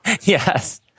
Yes